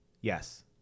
yes